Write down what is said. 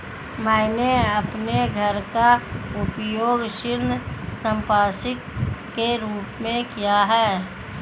मैंने अपने घर का उपयोग ऋण संपार्श्विक के रूप में किया है